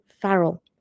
Farrell